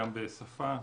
גם בשפה.